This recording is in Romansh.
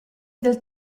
dal